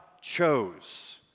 chose